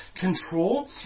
control